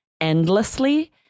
endlessly